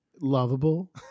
lovable